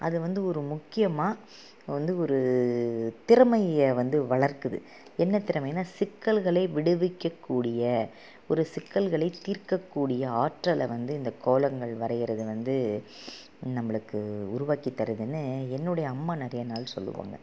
அது வந்து ஒரு முக்கியமாக வந்து ஒரு திறமையை வந்து வளர்க்குது என்ன திறமைன்னால் சிக்கல்களை விடுவிக்க கூடிய ஒரு சிக்கல்களை தீர்க்கக்கூடிய ஆற்றலை வந்து இந்த கோலங்கள் வரைகிறது வந்து நம்மளுக்கு உருவாக்கி தருதுன்னு என்னுடைய அம்மா நிறைய நாள் சொல்லுவாங்க